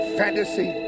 fantasy